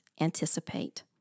anticipate